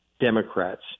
Democrats